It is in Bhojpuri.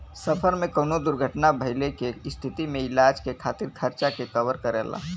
सफर में कउनो दुर्घटना भइले के स्थिति में इलाज के खातिर खर्चा के कवर करेला